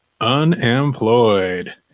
unemployed